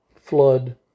flood